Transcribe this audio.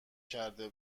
کرده